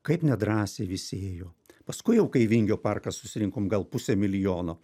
kaip nedrąsiai visi ėjo paskui jau kai į vingio parką susirinkom gal pusė milijono